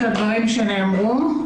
לדברים שנאמרו.